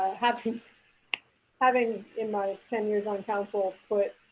ah having having in my ten years on council put